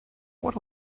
what